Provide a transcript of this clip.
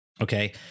Okay